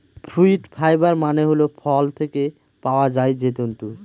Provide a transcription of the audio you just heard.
fruit fibre মানে হল ফল থেকে পাওয়া যায় যে তন্তু